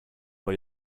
vor